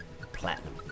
Platinum